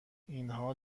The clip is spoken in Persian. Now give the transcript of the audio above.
اینها